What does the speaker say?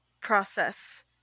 process